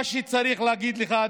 מה שצריך להגיד לך,